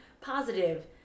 positive